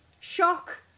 shock